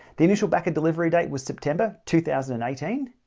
the initial backer delivery date was september two thousand and eighteen.